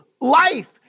life